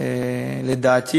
לדעתי